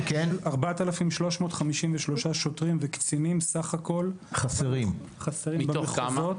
4,353 שוטרים וקצינים בסך הכול חסרים במחוזות.